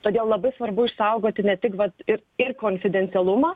todėl labai svarbu išsaugoti ne tik vat ir ir konfidencialumą